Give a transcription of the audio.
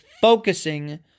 focusing